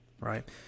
right